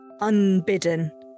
unbidden